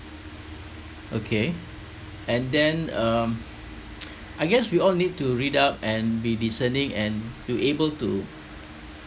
okay and then um I guess we all need to read up and be discerning and to able to